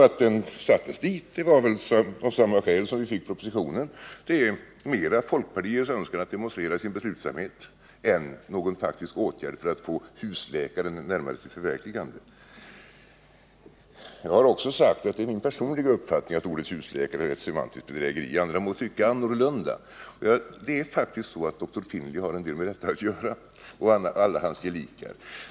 Att den sattes dit var väl av samma skäl som det som gjorde att vi fick propositionen; det är mera folkpartiets önskan att demonstrera sin beslutsamhet än någon faktisk åtgärd för att få husläkaren närmare sitt förverkligande. Jag har också sagt att det är min uppfattning att ordet husläkare är ett semantiskt bedrägeri. Andra må tycka annorlunda. Det är faktiskt så att dr Finlay och hans gelikar har med detta att göra.